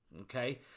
Okay